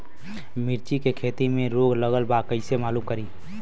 मिर्ची के खेती में रोग लगल बा कईसे मालूम करि?